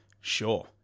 Sure